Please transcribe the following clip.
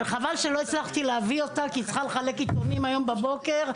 חבל שלא הצלחתי להביא אותה איתי לכאן היום לדיון,